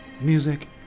music